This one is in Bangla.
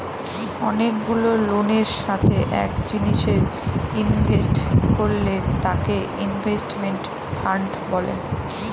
অনেকগুলা লোকের সাথে এক জিনিসে ইনভেস্ট করলে তাকে ইনভেস্টমেন্ট ফান্ড বলে